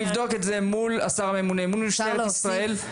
מול השר הממונה ומול משטרת ישראל.